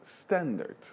standard